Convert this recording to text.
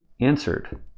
answered